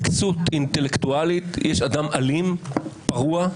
בכסות אינטלקטואלית יש אדם אלים, פרוע,